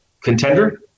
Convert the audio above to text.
Contender